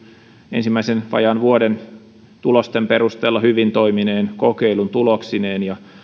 ensimmäisen vajaan vuoden tulosten perusteella hyvin toimineen kokeilun tuloksineen ja